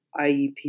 IEP